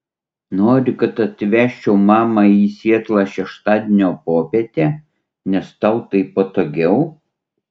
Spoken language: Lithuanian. nori kad atvežčiau mamą į sietlą šeštadienio popietę nes tau taip patogiau